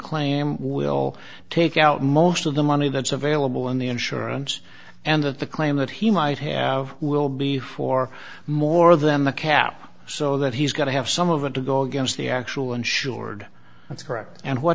claim will take out most of the money that's available in the insurance and that the claim that he might have will be for more than the cap so that he's got to have some of it to go against the actual insured that's correct and what